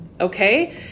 okay